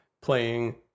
playing